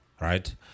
right